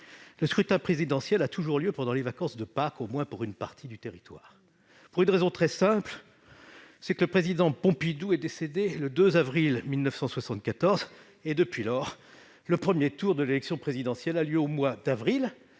le scrutin présidentiel a toujours lieu pendant les vacances de Pâques, au moins pour une partie du territoire, pour une raison très simple : c'est que le président Pompidou est décédé le 2 avril 1974. Depuis lors, le premier tour de l'élection présidentielle a lieu au mois d'avril